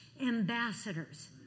ambassadors